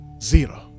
Zero